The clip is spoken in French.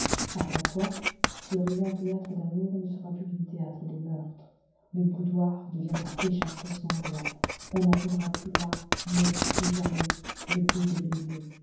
après quoi ce riant théâtre d'amour ne sera plus qu'un théâtre de meurtre le boudoir deviendra échafaud sanglant on n'entendra plus là non plus jamais le bruit des baisers